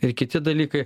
ir kiti dalykai